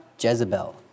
Jezebel